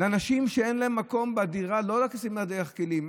לאנשים שאין מקום בדירה לא לשים מדיח כלים,